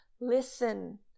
listen